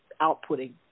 outputting